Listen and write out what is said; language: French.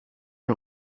lui